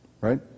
Right